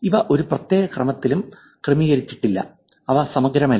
ഇവ ഒരു പ്രത്യേക ക്രമത്തിലും ക്രമീകരിച്ചിട്ടില്ല അവ സമഗ്രമല്ല